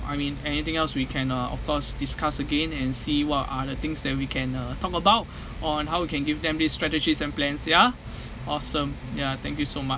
I mean anything else we can uh of course discuss again and see what are the things that we can uh talk about or and how we can give them these strategies and plans ya awesome ya thank you so much